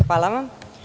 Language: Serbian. Hvala vam.